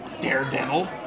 Daredevil